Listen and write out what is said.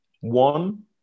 one